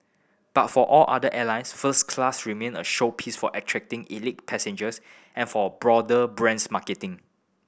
but for all other airlines first class remain a showpiece for attracting elite passengers and for a broader brands marketing